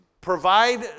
provide